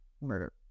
murder